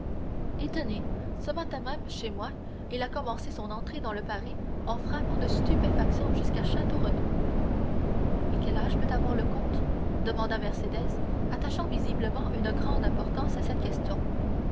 et tenez ce matin même chez moi il a commencé son entrée dans le monde en frappant de stupéfaction jusqu'à château renaud et quel âge peut avoir le comte demanda mercédès attachant visiblement une grande importance à cette question